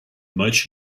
much